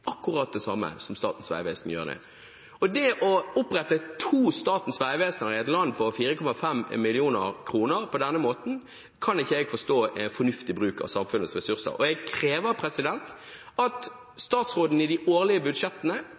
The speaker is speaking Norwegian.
akkurat det samme som det de gjør, drive fram prosjekter og gjennomføre dem. Det å opprette to Statens vegvesen i et land med 4,5 millioner mennesker på denne måten, kan ikke jeg forstå er fornuftig bruk av samfunnets ressurser, og jeg krever at statsråden i de årlige budsjettene